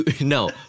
No